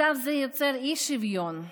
מצב זה יוצר אי-שוויון.